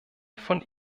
von